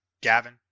Gavin